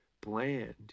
bland